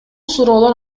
суроолор